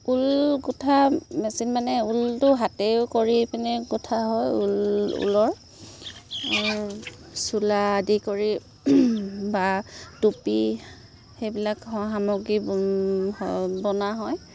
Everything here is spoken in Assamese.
ঊল গোঁঠা মেচিন মানে ঊলটো হাতেৰেও কৰি পিনে গোঁঠা হয় ঊল ঊলৰ চোলা আদি কৰি বা টুপি সেইবিলাক সামগ্ৰী বনোৱা হয়